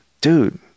dude